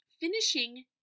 Finishing